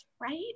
Right